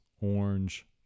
orange